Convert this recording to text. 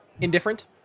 indifferent